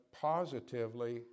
positively